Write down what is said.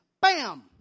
Bam